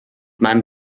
meinem